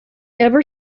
ever